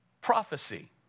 prophecy